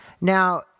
Now